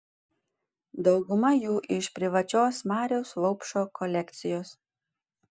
dauguma jų iš privačios mariaus vaupšo kolekcijos